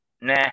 Nah